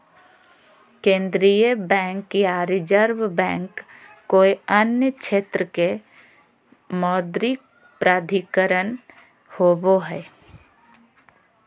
केन्द्रीय बैंक या reserve bank कोय अन्य क्षेत्र के मौद्रिक प्राधिकरण होवो हइ